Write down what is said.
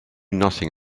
nothing